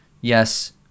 yes